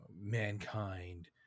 mankind